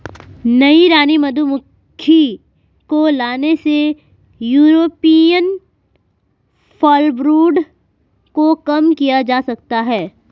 नई रानी मधुमक्खी को लाने से यूरोपियन फॉलब्रूड को कम किया जा सकता है